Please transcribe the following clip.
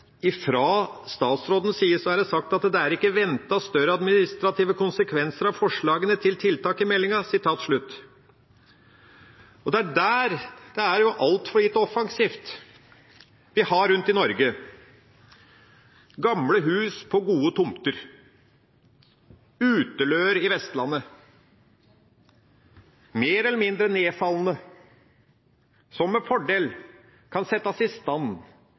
fra statsrådens side er sagt at det ikke er ventet «større administrative konsekvensar av forslaga til tiltak i meldinga». Det er jo altfor lite offensivt. Vi har rundt i Norge gamle hus på gode tomter, utløer på Vestlandet, mer eller mindre nedfalne, som med fordel kan settes i stand